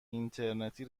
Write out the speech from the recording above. اینترنتی